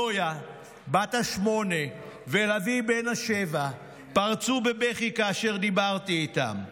נויה בת השמונה ולביא בן השבע פרצו בבכי כאשר דיברתי איתם.